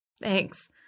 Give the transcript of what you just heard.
Thanks